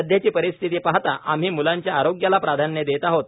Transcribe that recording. सध्याची परिस्थिती पाहता आम्ही म्लांच्या आरोग्याला प्राधान्य देत आहोत